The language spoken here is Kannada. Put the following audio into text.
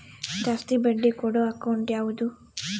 ಜಾಸ್ತಿ ಬಡ್ಡಿ ಕೊಡೋ ಅಕೌಂಟ್ ಯಾವುದು?